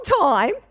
time